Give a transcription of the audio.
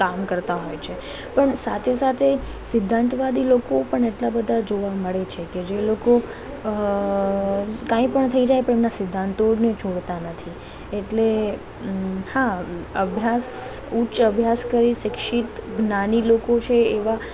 કામ કરતા હોય છે પણ સાથે સાથે સિદ્ધાંતવાદી લોકો પણ એટલા બધા જોવા મળે છે કે જે લોકો અ કાંઇપણ થઇ જાય પણ એમના સિદ્ધાંતોને છોડતા નથી એટલે અં હા અભ્યાસ ઉચ્ચ અભ્યાસ કરી શિક્ષિત જ્ઞાની લોકો છે એવા